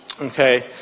Okay